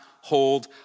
hold